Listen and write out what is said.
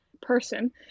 person